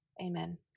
Amen